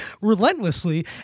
relentlessly